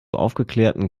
aufgeklärten